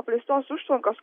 apleistos užtvankos